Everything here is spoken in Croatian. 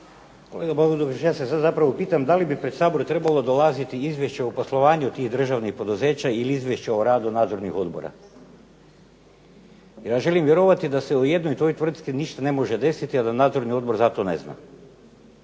Bodakoš ja se sad zapravo pitam da li bi pred Sabor trebalo dolaziti Izvješće o poslovanju tih državnih poduzeća ili Izvješće o radu nadzornih odbora? Ja želim vjerovati da se u jednoj toj tvrtki ništa ne može desiti, a da nadzorni odbor za to ne zna.